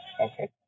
Okay